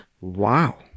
wow